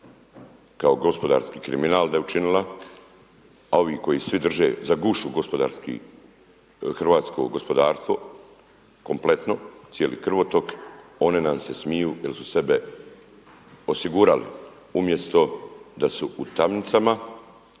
kao gospodarski kriminal da je učinila a ovi koji svi drže za gušu hrvatsko gospodarstvo, kompletno, cijeli krvotok, oni nam se smiju jer su sebe osigurali umjesto da su u tamnicama